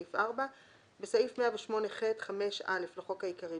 תיקון סעיף 108ח 4. בסעיף 108ח(5)(א) לחוק העיקרי,